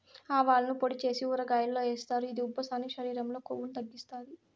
ఆవాలను పొడి చేసి ఊరగాయల్లో ఏస్తారు, ఇది ఉబ్బసాన్ని, శరీరం లో కొవ్వును తగ్గిత్తాది